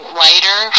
lighter